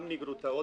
גם לגרוטאות,